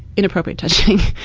inappropriate touching.